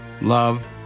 love